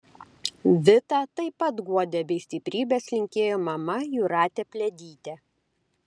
vitą taip pat guodė bei stiprybės linkėjo mama jūratė pliadytė